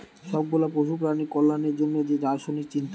সব গুলা পশু প্রাণীর কল্যাণের জন্যে যে দার্শনিক চিন্তা